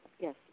Yes